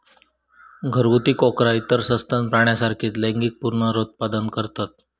घरगुती कोकरा इतर सस्तन प्राण्यांसारखीच लैंगिक पुनरुत्पादन करतत